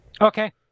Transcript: Okay